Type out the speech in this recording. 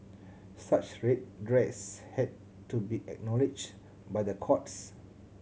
such redress had to be acknowledged by the courts